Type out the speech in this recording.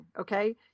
okay